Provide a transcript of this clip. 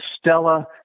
Stella